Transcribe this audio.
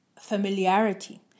familiarity